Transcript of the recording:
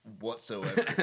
whatsoever